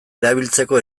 erabiltzeko